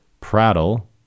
prattle